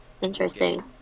Interesting